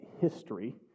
history